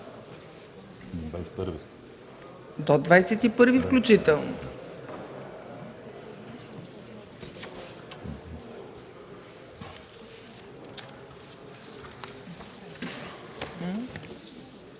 до 21 включително.